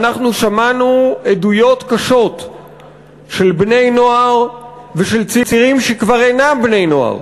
ואנחנו שמענו עדויות קשות של בני-נוער ושל צעירים שכבר אינם בני-נוער,